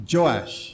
Joash